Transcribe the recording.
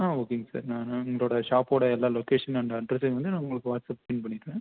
ஆ ஓகேங்க சார் நான் நம்பளோட ஷாப்போட எல்லா லொக்கேஷன்னு அண்ட்டு அட்ரெஸ்ஸையும் வந்து நான் உங்களுக்கு வாட்ஸ்அப் சென்ட் பண்ணிடுறேன்